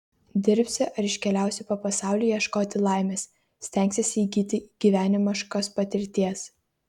dirbsi ar iškeliausi po pasaulį ieškoti laimės stengsiesi įgyti gyvenimiškos patirties